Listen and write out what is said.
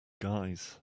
guys